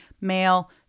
male